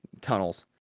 tunnels